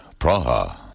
Praha